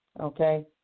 Okay